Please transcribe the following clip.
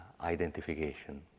identification